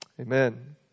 Amen